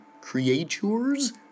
creatures